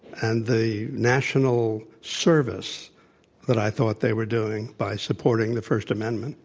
and the national service that i thought they were doing by supporting the first amendment.